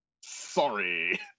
Sorry